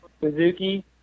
Suzuki